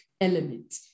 element